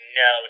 no